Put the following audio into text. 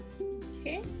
Okay